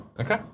Okay